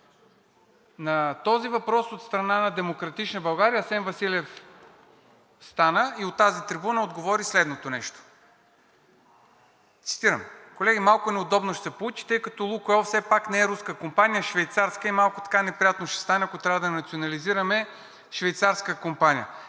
На този въпрос от страна на „Демократична България“ Асен Василев стана и от тази трибуна отговори следното нещо, цитирам: „Колеги, малко неудобно ще се получи, тъй като „Лукойл“ все пак не е руска компания, а швейцарска и малко така неприятно ще стане, ако трябва да национализираме швейцарска компания.“